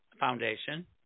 foundation